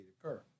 occur